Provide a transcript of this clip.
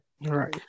right